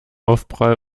aufprall